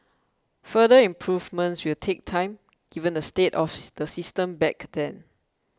further improvements will take time given the state of the system back then